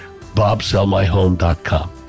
BobSellMyHome.com